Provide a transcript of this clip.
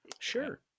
Sure